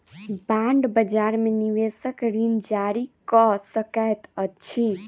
bond बजार में निवेशक ऋण जारी कअ सकैत अछि